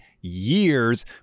years